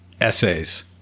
essays